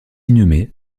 inhumé